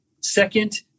Second